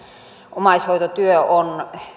omaishoitotyö on